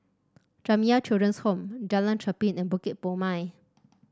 Jamiyah Children's Home Jalan Cherpen and Bukit Purmei